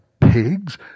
pigs